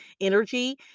energy